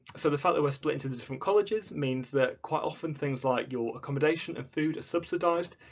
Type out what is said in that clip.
so the fact that we're split into the different colleges means that quite often things like your accommodation and food are subsidised.